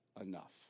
enough